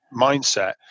mindset